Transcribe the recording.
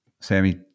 Sammy